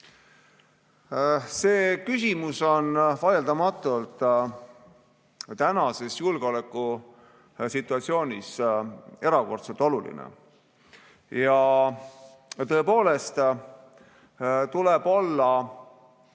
See küsimus on vaieldamatult tänases julgeolekusituatsioonis erakordselt oluline. Tõepoolest tuleb olla